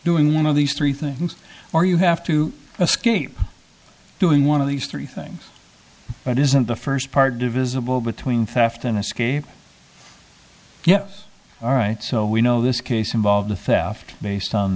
doing one of these three things or you have to escape doing one of these three things but isn't the first part divisible between theft and escape yeah all right so we know this case involved the theft based on